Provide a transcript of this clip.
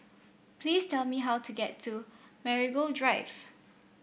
please tell me how to get to Marigold Drive